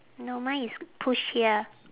no mine is push here